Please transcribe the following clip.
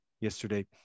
yesterday